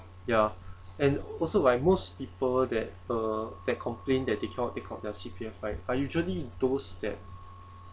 ya and also like most people that uh that complain that they cannot take off their C_P_F right are usually those that